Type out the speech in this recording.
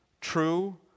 true